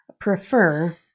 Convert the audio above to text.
prefer